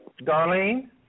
Darlene